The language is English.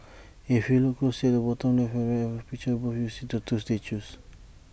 if you look closely at the bottom left and right of the picture above you'll see two statues